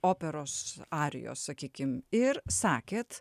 operos arijos sakykim ir sakėt